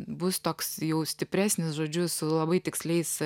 bus toks jau stipresnis žodžiu su labai tiksliais